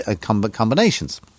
combinations